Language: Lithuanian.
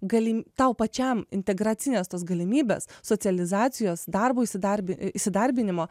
galim tau pačiam integracinės tos galimybės socializacijos darbo įsidarbi ė įsidarbinimo